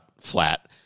flat